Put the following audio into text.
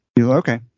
okay